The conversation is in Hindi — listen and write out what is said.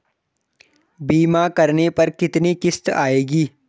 बीमा करने पर कितनी किश्त आएगी?